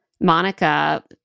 Monica